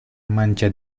mancha